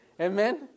Amen